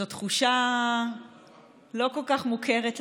זו תחושה לא כל כך מוכרת לנו,